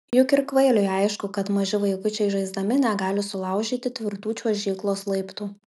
juk ir kvailiui aišku kad maži vaikučiai žaisdami negali sulaužyti tvirtų čiuožyklos laiptų